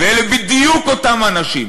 ואלה בדיוק אותם אנשים